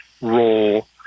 role